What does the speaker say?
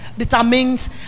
Determines